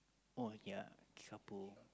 oh ya kickapoo